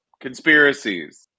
Conspiracies